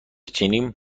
چینی